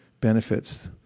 benefits